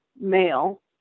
male